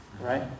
Right